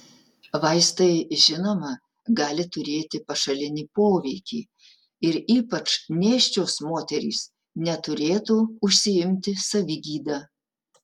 vaistai žinoma gali turėti pašalinį poveikį ir ypač nėščios moterys neturėtų užsiimti savigyda